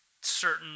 certain